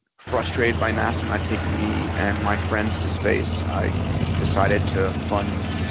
frustrated by nasa not taking me and my friends to space, i decided to fund,